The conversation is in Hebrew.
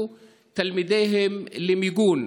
תלמידיהם יזכו למיגון?